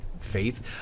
faith